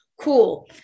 cool